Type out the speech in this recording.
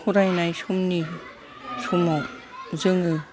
फरायनाय समनि समाव जोङो